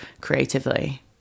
creatively